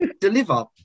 deliver